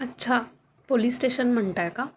अच्छा police station म्हणताय का